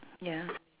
ya